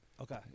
Okay